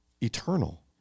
eternal